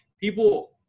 people